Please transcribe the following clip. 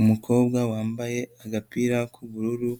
Umukobwa wambaye agapira k'ubururu